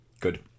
Good